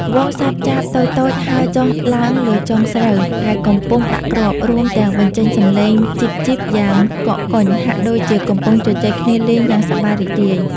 ហ្វូងសត្វចាបតូចៗហើរចុះឡើងលើចុងស្រូវដែលកំពុងដាក់គ្រាប់ រួមទាំងបញ្ចេញសំឡេង "ចីបៗ" យ៉ាងកកកុញ ហាក់ដូចជាកំពុងជជែកគ្នាលេងយ៉ាងសប្បាយរីករាយ។